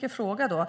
Jag frågar: